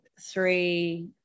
three